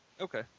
Okay